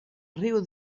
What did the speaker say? riu